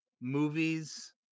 movies